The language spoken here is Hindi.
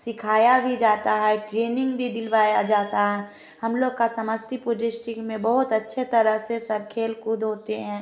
सिखाया भी जाता है ट्रेनिंग भी भी दिलवाया जाता है हम लोग का समस्तीपुर डिस्ट्रिक्ट में बहुत अच्छे तरह से सब खेलकूद होते हैं